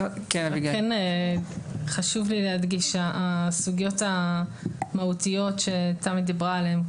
כן חשוב לי להדגיש שהסוגיות המהותיות שתמי דיברה עליהן,